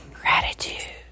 Gratitude